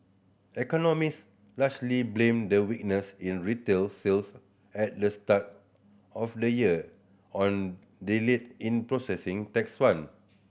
economist largely blame the weakness in retail sales at the start of the year on delay in processing tax fund